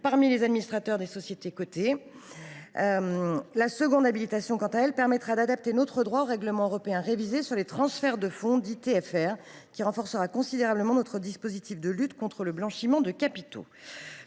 parmi les administrateurs des sociétés cotées, ou directive. La seconde habilitation, à l’article 6, permettra, quant à elle, d’adapter notre droit au règlement européen révisé sur les transferts de fonds, ou (TFR), qui renforcera considérablement notre dispositif de lutte contre le blanchiment de capitaux.